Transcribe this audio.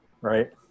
Right